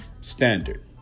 standard